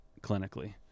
clinically